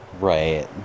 right